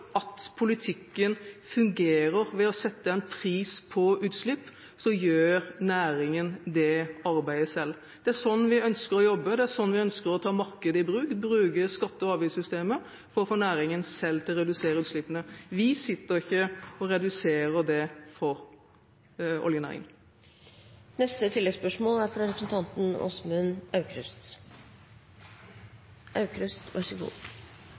at politikken fungerer. Ved å sette en pris på utslipp gjør næringen dette arbeidet selv. Det er slik vi ønsker å jobbe, det er slik vi ønsker å ta markedet i bruk – bruke skatte- og avgiftssystemet for å få næringen selv til å redusere utslippene. Vi sitter ikke og reduserer dette for oljenæringen.